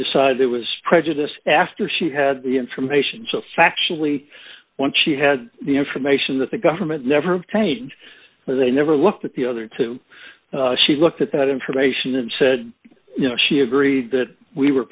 decide it was prejudice after she had the information so factually once she had the information that the government never change but they never looked at the other two she looked at that information and said you know she agreed that we were